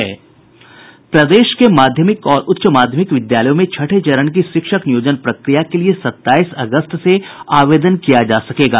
प्रदेश के माध्यमिक और उच्च माध्यमिक विद्यालयों में छठे चरण की शिक्षक नियोजन प्रक्रिया के लिए सत्ताई अगस्त से आवेदन किया जा सकेगा